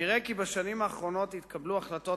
נראה כי בשנים האחרונות התקבלו החלטות